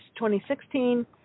2016